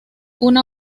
una